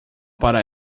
para